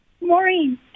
Maureen